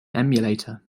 emulator